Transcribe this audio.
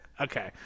Okay